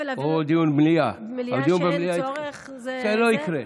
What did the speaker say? או דיון במליאה, שלא יקרה.